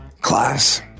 Class